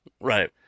Right